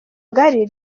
ngari